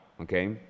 okay